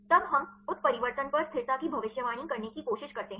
तब हम उत्परिवर्तन पर स्थिरता की भविष्यवाणी करने की कोशिश करते हैं